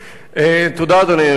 תודה, אדוני היושב-ראש.